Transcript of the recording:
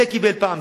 זה קיבל פעם,